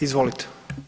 Izvolite.